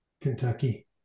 Kentucky